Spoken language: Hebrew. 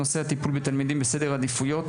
הנושא הטיפול בתלמידים בסדר עדיפויות,